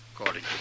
According